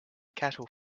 cattle